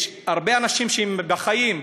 יש הרבה אנשים שהם בחיים,